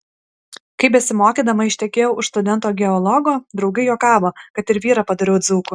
kai besimokydama ištekėjau už studento geologo draugai juokavo kad ir vyrą padariau dzūku